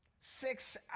Six